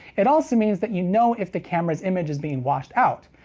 it also means that you know if the camera's image is being washed out,